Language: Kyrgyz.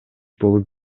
болуп